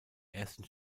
ersten